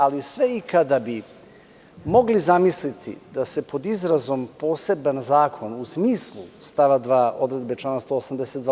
Ali, sve i kada bi mogli zamisliti da se pod izrazom „poseban zakon“ u smislu stava 2. odredbe člana 182.